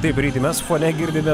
taip daryti mes fone girdime